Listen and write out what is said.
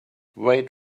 wait